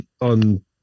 on